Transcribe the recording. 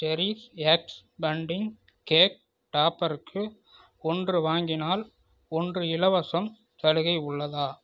cherish X bunting cake டாப்பருக்கு ஒன்று வாங்கினால் ஒன்று இலவசம் சலுகை உள்ளதா